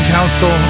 Council